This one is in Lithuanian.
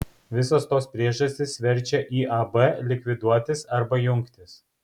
visos tos priežastys verčia iab likviduotis arba jungtis